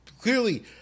clearly